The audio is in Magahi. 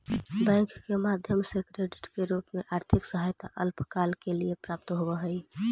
बैंक के माध्यम से क्रेडिट के रूप में आर्थिक सहायता अल्पकाल के लिए प्राप्त होवऽ हई